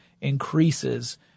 increases